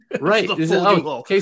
Right